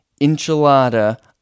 enchilada